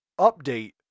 update